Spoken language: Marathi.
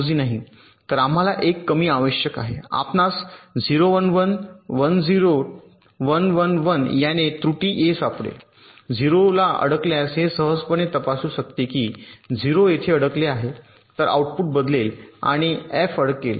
येथे आम्हाला 1 कमी आवश्यक आहे आपणास 0 1 1 1 0 1 1 1 याने त्रुटी A सापडेल 0 ला अडकल्यास हे सहजपणे तपासू शकते की 0 येथे अडकले आहे तर आउटपुट बदलेल आणि एफ अडकले 1